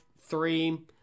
three